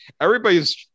everybody's